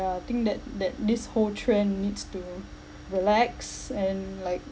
I think that that this whole trend needs to relax and like